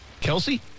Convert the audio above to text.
Kelsey